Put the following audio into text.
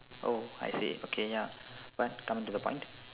oh I see okay ya but coming to the point